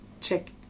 check